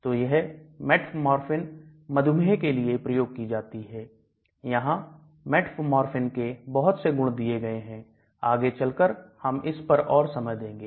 तो यह मेटफॉर्मिन मधुमेह के लिए प्रयोग की जाती है यहां मेटफॉर्मिन के बहुत से गुण दिए गए हैं आगे चलकर हम इस पर और समय देंगे